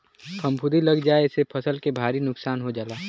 फफूंदी लग जाये से फसल के भारी नुकसान हो जाला